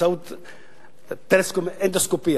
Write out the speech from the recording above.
באמצעות אנדוסקופיה.